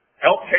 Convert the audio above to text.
Help